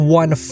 one